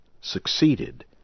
succeeded